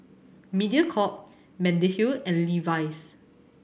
Mediacorp Mediheal and Levi's